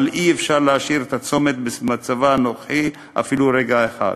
אבל אי-אפשר להשאיר את הצומת במצבו הנוכחי אפילו רגע אחד.